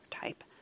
type